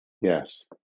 Yes